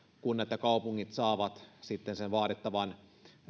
kun kaupungit saavat sitten sen vaadittavan